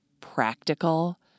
practical